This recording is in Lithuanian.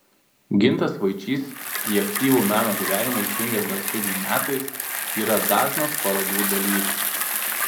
gintas vaičys į aktyvų meno gyvenimą įsijungęs dar studijų metais yra dažnas parodų dalyvis